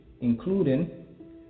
including